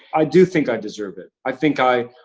i do think i deserve it. i think i